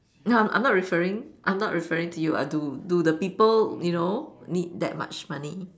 no I'm not referring I'm not referring to you ah do do the people you know need that much money